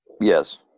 Yes